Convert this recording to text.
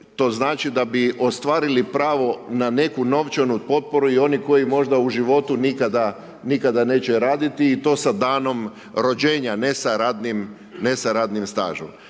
to znači da bi ostvarili pravo na neku novčanu potporu i oni koji možda u životu nikada, nikada neće raditi i to sa danom rođenja, ne sa radnim,